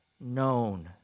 known